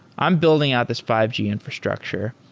i'm building out this five g infrastructure.